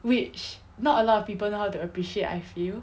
which not a lot of people know how to appreciate I feel